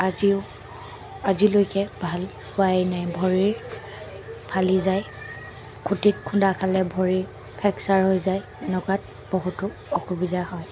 আজিও আজিলৈকে ভাল হোৱাই নাই ভৰি ফালি যায় খুটিত খুন্দা খালে ভৰি ফ্ৰেকচাৰ হৈ যায় এনেকুৱাত বহুতো অসুবিধা হয়